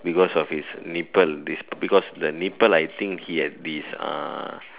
because of his nipple because the nipple I think he had this ah